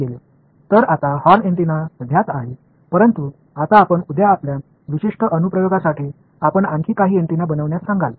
எனவே இப்போது horn antenna அறியப்படுகிறது ஆனால் இப்போது உங்கள் குறிப்பிட்ட பயன்பாட்டிற்காக நாளை வேறு சில ஆண்டெனாக்களை உருவாக்குகிறோம்